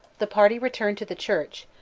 the party returned to the church,